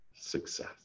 success